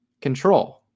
control